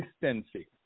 consistency